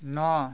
ন